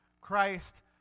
Christ